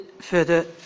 further